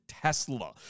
Tesla